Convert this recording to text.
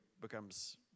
becomes